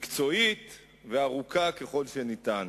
מקצועית וארוכה ככל שניתן.